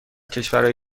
کشورهای